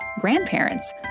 grandparents